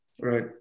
Right